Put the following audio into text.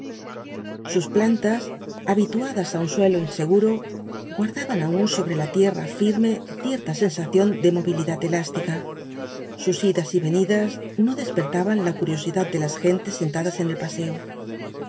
sus plantas habituadas á un suelo inseguro guardaban aiín sobre la tierra firme cierta sensación de movilidad elástica sus idas y venidas no despertaban la curiosidad de las gentes sentadas en el paseo